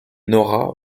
nora